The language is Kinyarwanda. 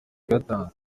kuyatanga